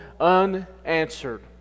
unanswered